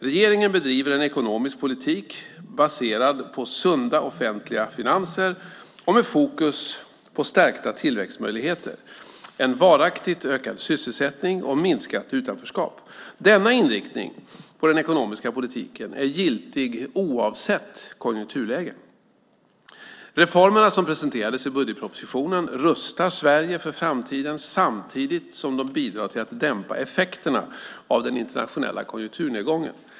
Regeringen bedriver en ekonomisk politik baserad på sunda offentliga finanser med fokus på stärkta tillväxtmöjligheter, en varaktigt ökad sysselsättning och minskat utanförskap. Denna inriktning på den ekonomiska politiken är giltig oavsett konjunkturläge. Reformerna som presenterades i budgetpropositionen rustar Sverige för framtiden samtidigt som de bidrar till att dämpa effekterna av den internationella konjunkturnedgången.